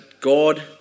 God